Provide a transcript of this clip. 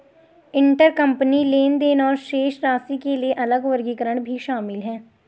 intercompany लेनदेन और शेष राशि के लिए अलग वर्गीकरण भी शामिल हैं